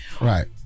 right